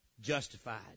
justified